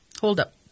holdup